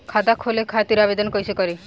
खाता खोले खातिर आवेदन कइसे करी?